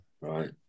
right